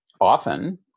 often